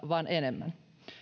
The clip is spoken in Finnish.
vaan enemmän